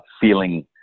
feeling